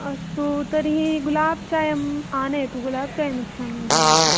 अस्तु तर्हि गुलाब् चायम् आनयतु गुलाब् चायमिच्छामि अधुना तु